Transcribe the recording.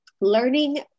learning